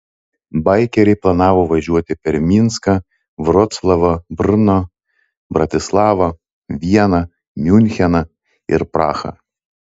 baikeriai planavo važiuoti per minską vroclavą brno bratislavą vieną miuncheną ir prahą